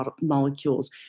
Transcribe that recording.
molecules